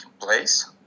place